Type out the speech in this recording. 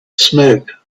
smoke